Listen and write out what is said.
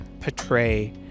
portray